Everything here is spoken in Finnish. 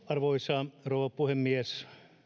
arvoisa rouva puhemies